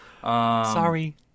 Sorry